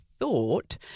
thought